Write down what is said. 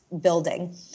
building